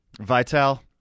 Vital